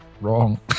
wrong